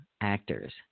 actors